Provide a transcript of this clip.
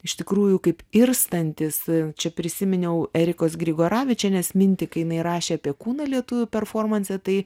iš tikrųjų kaip irstantis čia prisiminiau erikos grigoravičienės mintį kai jinai rašė apie kūną lietuvių performanse tai